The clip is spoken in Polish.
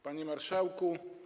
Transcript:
Panie Marszałku!